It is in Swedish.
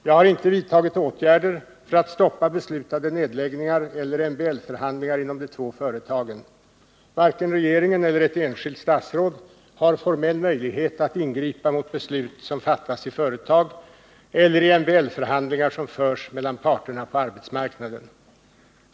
Jag har inte vidtagit åtgärder för att stoppa beslutade nedläggningar eller MBL-förhandlingar inom de två företagen. Varken regeringen eller ett enskilt statsråd har formell möjlighet att ingripa mot beslut som fattas i företag eller i MBL-förhandlingar som förs mellan parterna på arbetsmarknaden.